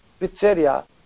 pizzeria